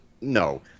No